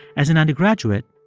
as an undergraduate,